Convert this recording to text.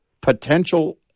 potential